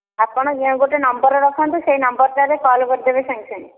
ଆପଣ ଗୋଟେ ନମ୍ବର୍ ରଖନ୍ତୁ ସେଇ ନମ୍ବର୍ଟାରେ କଲ୍ କରିଦେବେ ସାଙ୍ଗେସାଙ୍ଗେ